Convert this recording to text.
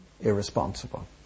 irresponsible